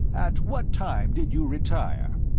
at what time did you retire?